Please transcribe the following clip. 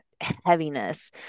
heaviness